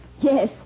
Yes